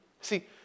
See